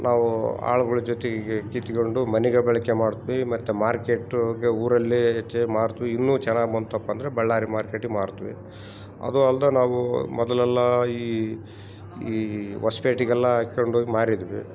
ನಾವು ಆಳ್ಗುಳ ಜೊತೆಗೆ ಕಿತ್ಕೊಂಡು ಮನೆಗೆ ಬಳ್ಕೆ ಮಾಡ್ತಿವಿ ಮತ್ತು ಮಾರ್ಕೆಟೂಗೆ ಊರಲ್ಲಿ ಹೆಚ್ಚೆ ಮಾರ್ತಿವಿ ಇನ್ನೂ ಚೆನ್ನಾಗ್ ಬಂತಪ್ಪ ಅಂದರೆ ಬಳ್ಳಾರಿ ಮಾರ್ಕೆಟಿಗೆ ಮಾರ್ತಿವಿ ಅದು ಅಲ್ಲದೆ ನಾವೂ ಮೊದಲೆಲ್ಲಾ ಈ ಈ ಹೊಸಪೇಟಿಗೆಲ್ಲ ಹೈಕಂಡೋಗಿ ಮಾರಿದ್ವಿ